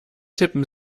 tippen